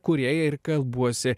kūrėja ir kalbuosi